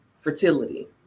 fertility